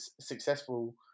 successful